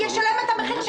שופט רואה את כל המערכת.